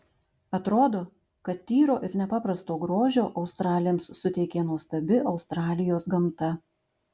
atrodo kad tyro ir nepaprasto grožio australėms suteikė nuostabi australijos gamta